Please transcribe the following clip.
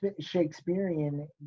Shakespearean